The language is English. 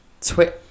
twitch